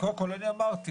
קודם כל אני אמרתי,